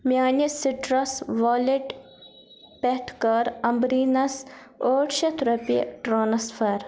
میانہِ Citrus wallet پٮ۪ٹھٕ کَر عمبریٖنس ٲٹھ شیٚتھ رۄپیہِ ٹرانسفر